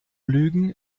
lügen